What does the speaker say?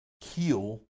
heal